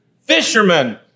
Fishermen